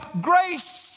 grace